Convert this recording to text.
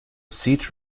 seat